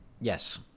Yes